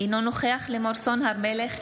אינו נוכח לימור סון הר מלך,